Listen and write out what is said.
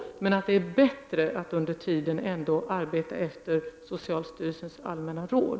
Det är bättre att under tiden ändå arbeta efter socialstyrelsens allmänna råd.